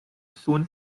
soon